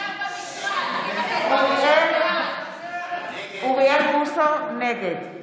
נגד אוריאל בוסו, נגד